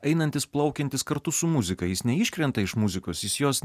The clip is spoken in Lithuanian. einantis plaukiantis kartu su muzika jis neiškrenta iš muzikos jis jos